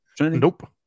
Nope